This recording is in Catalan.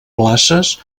places